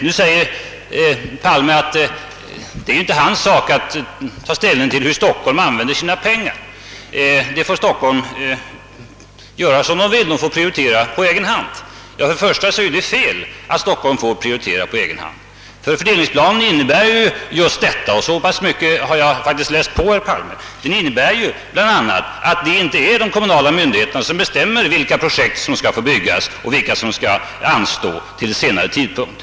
Nu säger statsrådet Palme att det ju inte är hans sak att ta ställning till hur Stockholm <använder sina pengar. Stockholm får göra som man vill — man får prioritera på egen hand. Det är emellertid inte så att Stockholm får prioritera på egen hand. Fördelningsplanen innebär bl.a. — så mycket har jag faktiskt läst på, herr Palme att det inte är de kommunala myndigheter na som bestämmer vilka projekt som skall få byggas och vilka som skall anstå till senare tidpunkt.